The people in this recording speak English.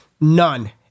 None